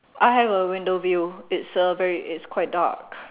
I have a window view it's uh very it's quite dark